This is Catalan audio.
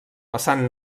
vessant